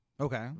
Okay